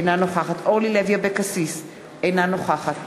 אינה נוכחת אורלי לוי אבקסיס, אינה נוכחת